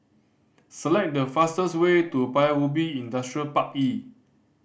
select the fastest way to Paya Ubi Industrial Park E